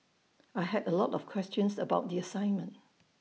I had A lot of questions about the assignment